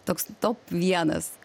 toks top vienas